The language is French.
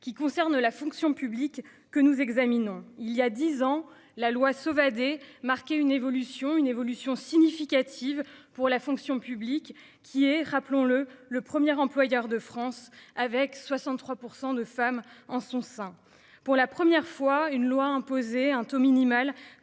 qui concerne la fonction publique que nous examinons il y a 10 ans la loi Sauvadet marquer une évolution une évolution significative pour la fonction publique qui est, rappelons-le, le premier employeur de France avec 63% de femmes en son sein. Pour la première fois une loi imposer un taux minimal